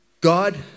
God